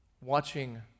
watching